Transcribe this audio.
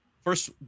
first